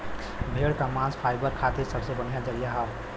भेड़ क मांस फाइबर खातिर सबसे बढ़िया जरिया हौ